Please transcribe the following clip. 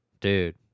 Dude